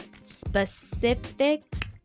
specific